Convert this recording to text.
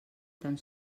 tan